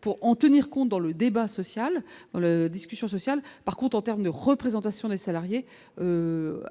pour en tenir compte dans le débat social dans la discussion sociale par content, terme de représentation des salariés